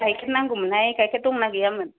गाइखेर नांगौ मोनहाय गाइखैर दं ना गैया मोन